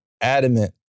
adamant